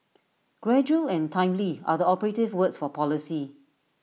gradual and timely are the operative words for policy